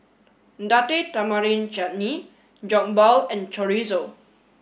Date Tamarind Chutney Jokbal and Chorizo